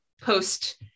post